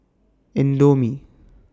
Indomie